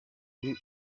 kuri